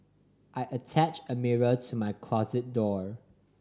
I attach a mirror to my closet door